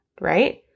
right